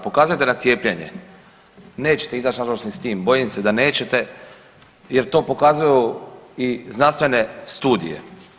Pokazujete na cijepljenje, neće izaći nažalost ni s tim, bojim se da nećete jer to pokazuju i znanstvene studije.